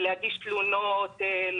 להגיש תלונות,